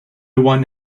one